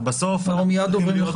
לדבריו.